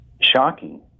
shocking